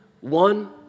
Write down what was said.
One